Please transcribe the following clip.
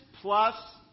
plus